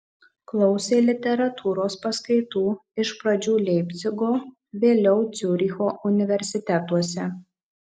klausė literatūros paskaitų iš pradžių leipcigo vėliau ciuricho universitetuose